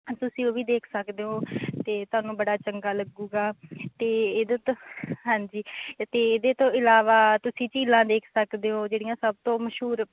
ਤੁਸੀਂ ਉਹ ਵੀ ਦੇਖ ਸਕਦੇ ਹੋ ਅਤੇ ਤੁਹਾਨੂੰ ਬੜਾ ਚੰਗਾ ਲੱਗੂਗਾ ਅਤੇ ਇਹਦੇ ਤੋਂ ਹਾਂਜੀ ਅਤੇ ਇਹਦੇ ਤੋਂ ਇਲਾਵਾ ਤੁਸੀਂ ਝੀਲਾਂ ਦੇਖ ਸਕਦੇ ਹੋ ਜਿਹੜੀਆਂ ਸਭ ਤੋਂ ਮਸ਼ਹੂਰ